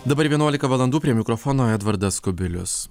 dabar vienuolika valandų prie mikrofono edvardas kubilius